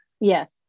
Yes